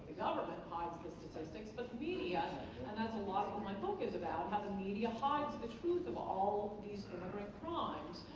government hides the statistics but the media and that's a lot of what my book is about how the media hides the truth of all these immigrant crimes